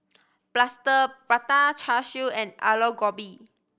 Plaster Prata Char Siu and Aloo Gobi